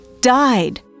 died